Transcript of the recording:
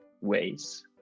ways